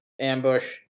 ambush